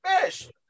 fish